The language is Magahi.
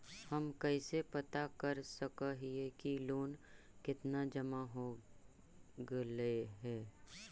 हम कैसे पता कर सक हिय की लोन कितना जमा हो गइले हैं?